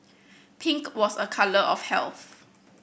pink was a colour of health